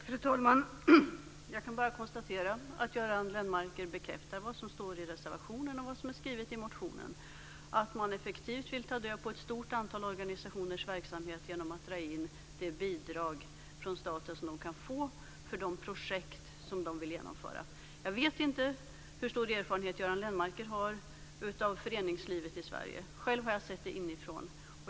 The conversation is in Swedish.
Fru talman! Jag kan bara konstatera att Göran Lennmarker bekräftar vad som står i reservationen och vad som är skrivet i motionen, att man effektivt vill ta död på ett stort antal organisationers verksamhet genom att dra in det bidrag från staten som de kan få för de projekt som de vill genomföra. Jag vet inte hur stor erfarenhet Göran Lennmarker har av föreningslivet i Sverige. Själv har jag sett det inifrån.